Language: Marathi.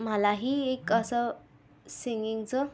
मलाही एक असं सिंगिंगचं